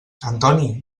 antoni